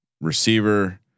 receiver